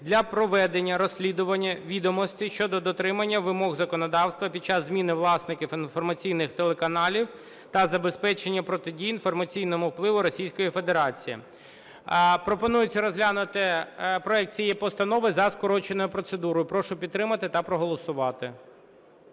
для проведення розслідування відомостей щодо дотримання вимог законодавства під час зміни власників інформаційних телеканалів та забезпечення протидії інформаційному впливу Російської Федерації. Пропонується розглянути проект цієї постанови за скороченою процедурою. Прошу підтримати та проголосувати.